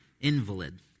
invalid